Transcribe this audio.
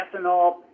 ethanol